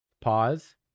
Pause